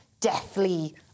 deathly